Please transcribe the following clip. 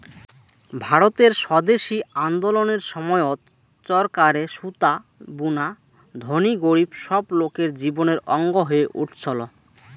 ভারতের স্বদেশি আন্দোলনের সময়ত চরকারে সুতা বুনা ধনী গরীব সব লোকের জীবনের অঙ্গ হয়ে উঠছল